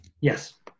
Yes